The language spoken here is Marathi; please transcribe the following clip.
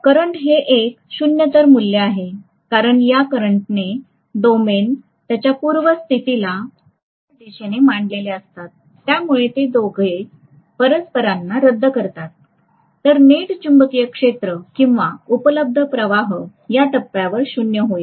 करंट हे एक शून्येतर मूल्य आहे कारण या करंटने डोमेन त्यांच्या पूर्वस्थितीला उलट दिशेने मांडलेले असतात त्यामुळे ते दोघे परस्परांना रद्द करतात तर नेट चुंबकीय क्षेत्र किंवा उपलब्ध प्रवाह या टप्प्यावर शून्य होईल